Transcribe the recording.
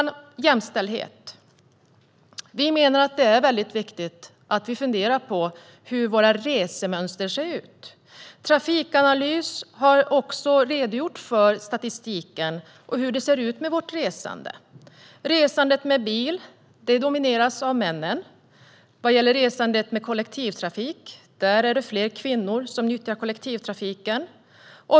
När det gäller jämställdhet menar vi att det är viktigt att vi funderar på hur våra resmönster ser ut. Trafikanalys har redogjort för statistiken och hur vårt resande ser ut. Resandet med bil domineras av män. När det gäller resandet med kollektivtrafiken är det fler kvinnor som nyttjar den.